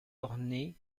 orné